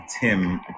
Tim